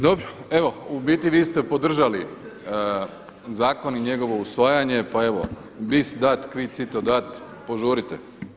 Dobro, evo u biti vi ste podržali zakon i njegovo usvajanje pa evo bis dat qui cito dat požurite.